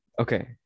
Okay